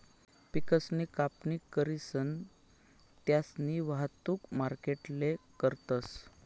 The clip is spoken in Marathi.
पिकसनी कापणी करीसन त्यास्नी वाहतुक मार्केटले करतस